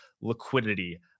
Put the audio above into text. liquidity